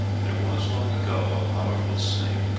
there was, long ago, a powerful snake,